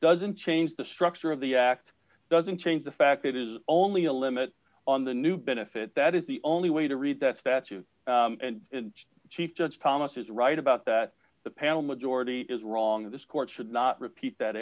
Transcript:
doesn't change the structure of the act doesn't change the fact it is only a limit on the new benefit that is the only way to read that statute and chief judge thomas is right about that the panel majority is wrong this court should not repeat that